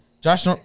Josh